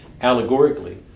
allegorically